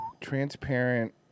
Transparent